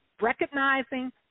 recognizing